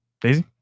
Daisy